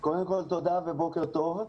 קודם כל תודה ובוקר טוב.